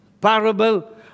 parable